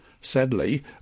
Sadly